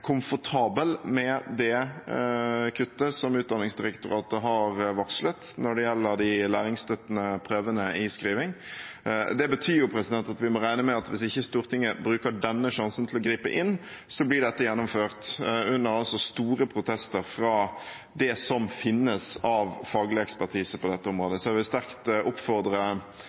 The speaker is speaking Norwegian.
komfortabel med det kuttet som Utdanningsdirektoratet har varslet når det gjelder de læringsstøttende prøvene i skriving. Det betyr at vi må regne med at hvis ikke Stortinget bruker denne sjansen til å gripe inn, blir dette gjennomført – under store protester fra det som finnes av faglig ekspertise på dette området. Så jeg vil sterkt oppfordre